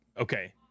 okay